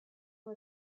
was